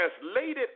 translated